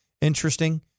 interesting